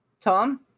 Tom